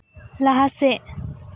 ᱞᱟᱦᱟ ᱥᱮᱫ